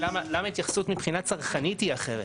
למה ההתייחסות מבחינה צרכנית היא אחרת?